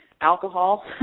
alcohol